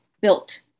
built